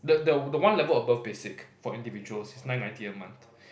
the the one level above basic for individuals is nine ninety a month